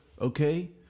okay